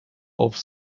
auf